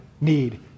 need